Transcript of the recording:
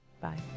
Bye